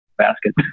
basket